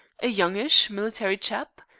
a youngish, military chap,